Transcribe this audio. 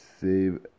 save